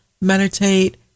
meditate